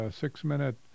six-minute